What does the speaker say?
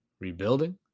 rebuilding